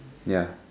ya